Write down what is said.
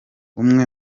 umwe